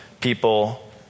people